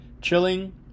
Chilling